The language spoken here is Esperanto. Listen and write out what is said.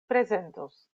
prezentos